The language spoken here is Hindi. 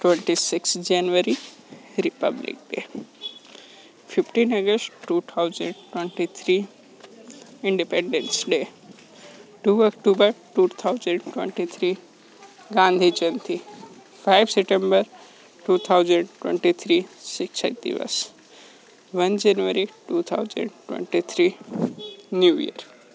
twenty six January republic day fifteen August two thousand twenty three independence day two October two thousand twenty three Gandhi Jayanti five September two thousand twenty three Shikshak Divas one January two thousand twenty three new year